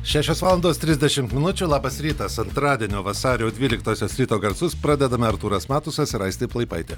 šešios valandos trisdešimt minučių labas rytas antradienio vasario dvyliktosios ryto garsus pradedame artūras matusas ir aistė plaipaitė